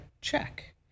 check